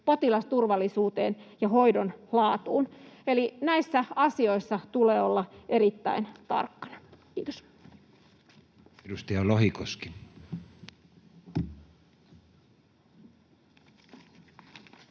potilasturvallisuuteen ja hoidon laatuun, eli näissä asioissa tulee olla erittäin tarkkana. — Kiitos. Edustaja Lohikoski.